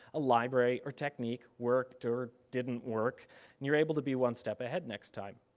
a library, or technique worked or didn't work and you're able to be one step ahead next time.